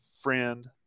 friend